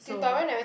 so